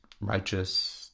righteous